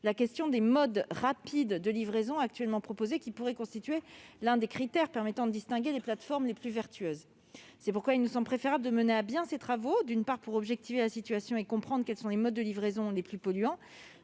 la question des modes rapides de livraison actuellement proposés, qui pourrait constituer l'un des critères permettant de distinguer les plateformes les plus vertueuses. C'est pourquoi il nous semble préférable de mener à bien ces travaux, d'une part, pour objectiver la situation et comprendre quels sont les modes de livraison les plus polluants,